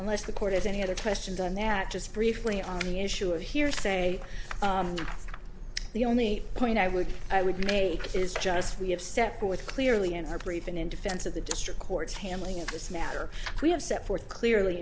unless the court has any other questions on that just briefly on the issue of hearsay the only point i would i would make is just we have set forth clearly in our brief and in defense of the district court's handling of this matter we have set forth clearly